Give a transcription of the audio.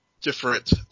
different